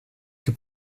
que